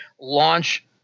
launch